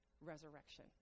resurrection